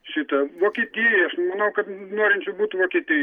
šita vokietija aš manau kad norinčių būtų vokietijoj